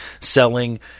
selling –